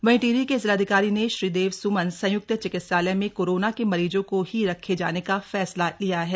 वहीं टिहरी के जिलाधिकारी ने श्रीदेव स्मन संयुक्त चिकित्सालय में कोरोना के मरीजों को ही रखे जाने का फैसला लिया है